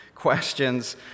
questions